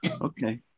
Okay